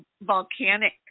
volcanic